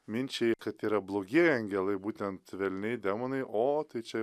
minčiai kad yra blogieji angelai būtent velniai demonai o tai čia